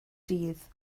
dydd